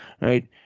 right